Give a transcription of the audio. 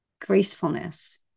gracefulness